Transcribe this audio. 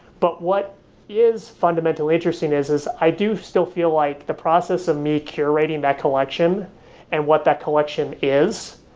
but what is fundamentally interesting is, is i do still feel like the process of me curating that collection and what that collection is,